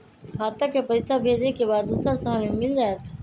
खाता के पईसा भेजेए के बा दुसर शहर में मिल जाए त?